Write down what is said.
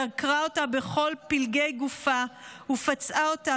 דקרה אותה בכל פלגי גופה ופצעה אותה